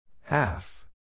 Half